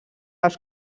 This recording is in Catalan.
els